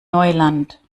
neuland